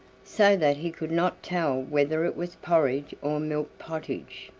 so that he could not tell whether it was porridge or milk pottage.